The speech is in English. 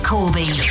Corby